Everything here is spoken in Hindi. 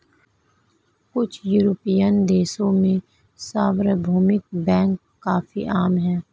कुछ युरोपियन देशों में सार्वभौमिक बैंक काफी आम हैं